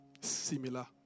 similar